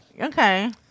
Okay